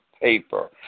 paper